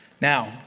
Now